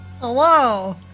Hello